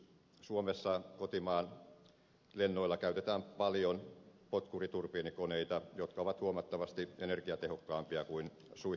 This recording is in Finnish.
suomessa kotimaan lennoilla käytetään paljon potkuriturbiinikoneita jotka ovat huomattavasti energiatehokkaampia kuin suihkukoneet